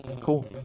cool